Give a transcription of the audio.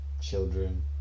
children